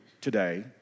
today